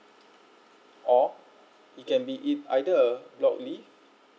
or it can be it either block leave